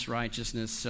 righteousness